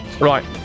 Right